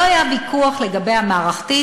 לא היה ויכוח לגבי המערכתית,